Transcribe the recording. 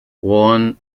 won